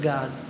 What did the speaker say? God